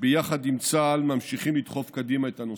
שביחד עם צה"ל ממשיכים לדחוף קדימה את הנושא.